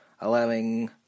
allowing